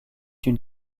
une